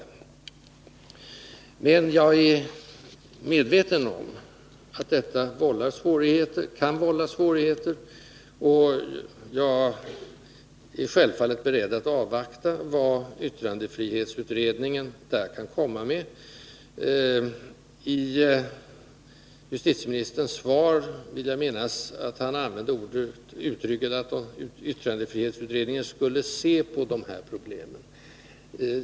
Men jag är medveten om att detta kan vålla svårigheter, och jag är självfallet beredd att avvakta vad yttrandefrihetsutredningen kan komma med. Jag vill minnas att justitieministern i sitt svar sade ”att yttrandefrihetsutredningen skulle se på de här problemen”.